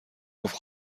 گفت